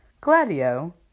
Gladio